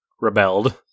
rebelled